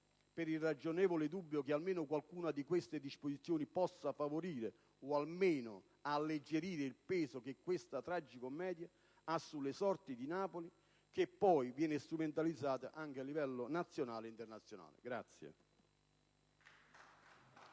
per il ragionevole dubbio che almeno qualcuna di queste disposizioni possa favorire o almeno alleggerire il peso che questa tragicommedia ha sulle sorti di Napoli - che poi viene strumentalizzata a livello nazionale ed anche all'estero